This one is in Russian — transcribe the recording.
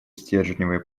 стержневые